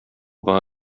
war